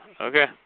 okay